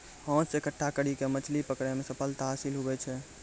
हाथ से इकट्ठा करी के मछली पकड़ै मे सफलता हासिल हुवै छै